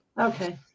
Okay